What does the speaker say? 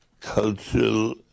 cultural